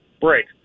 break